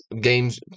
games